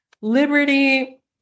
Liberty